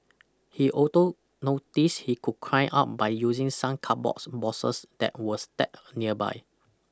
he also noticed he could climb up by using some cardboard boxes that were stacked nearby